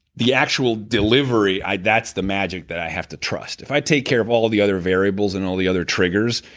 the actual delivery, that's the magic that i have to trust. if i take care of all the other variables and all the other triggers,